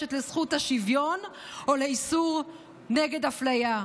מפורשת לזכות השוויון או לאיסור אפליה.